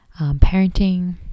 parenting